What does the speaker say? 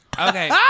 Okay